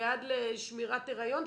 ועד לשמירת היריון,